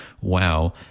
wow